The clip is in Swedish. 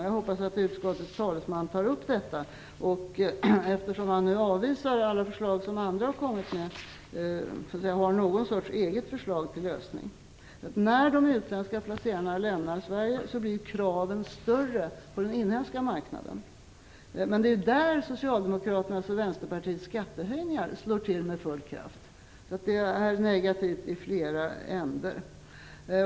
Jag hoppas att utskottets talesman tar upp detta, eftersom han nu avvisar alla förslag som andra har kommit med, och har någon sorts eget förslag till lösning. När de utländska placerarna lämnar Sverige blir kraven större på den inhemska marknaden. Det är där Socialdemokraternas och Vänsterpartiets skattehöjningar slår till med full kraft. Det är negativt i flera ändar.